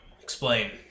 Explain